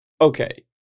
Okay